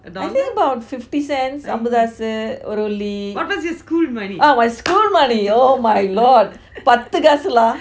I think about fifty cents அம்பது காசு ஒரு வெள்ளி:ambathu kaasu oru velli ah was cool money oh my lord பாத்து காசு:pathu kaasu lah